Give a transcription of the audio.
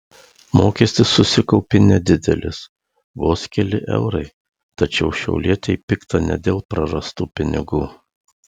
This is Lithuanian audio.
mokestis susikaupė nedidelis vos keli eurai tačiau šiaulietei pikta ne dėl prarastų pinigų